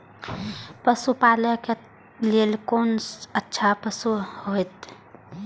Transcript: पशु पालै के लेल कोन अच्छा पशु होयत?